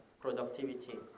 productivity